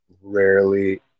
rarely